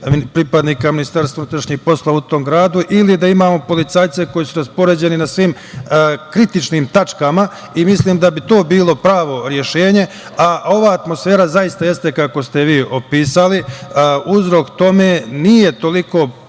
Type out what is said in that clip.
pripadnika MUP u tom gradu ili da imamo policajce koji su raspoređeni na svim kritičnim tačkama. Mislim da bi to bilo pravo rešenje, a ova atmosfera zaista jeste kako ste vi opisali. Uzrok tome nije toliko